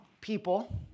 people